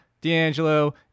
d'angelo